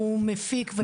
אני מפיק.